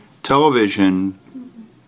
Television